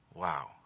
Wow